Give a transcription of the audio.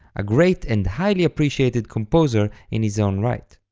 a great and highly appreciated composer in his own right.